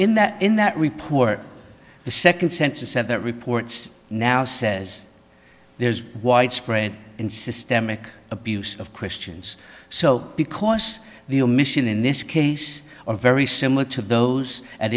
in that in that report the second sensor said that reports now says there is widespread and systemic abuse of christians so because the omission in this case are very similar to those a